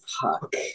fuck